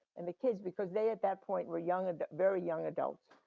and the kids because they at that point were young, and very young adults,